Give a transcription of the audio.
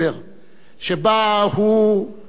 שבה הוא צילם,